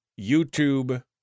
YouTube